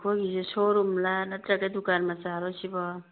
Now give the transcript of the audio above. ꯅꯈꯣꯏꯒꯤꯁꯦ ꯁꯣ ꯔꯨꯝꯂ ꯅꯠꯇ꯭ꯔꯒ ꯗꯨꯀꯥꯟ ꯃꯆꯥꯔ ꯁꯤꯕꯣ